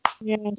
yes